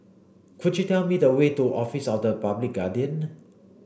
could you tell me the way to Office of the Public Guardian